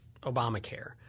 Obamacare